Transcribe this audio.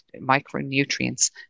micronutrients